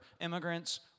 immigrants